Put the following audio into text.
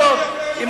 הוא דג, הוא לא מדבר.